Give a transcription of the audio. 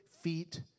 feet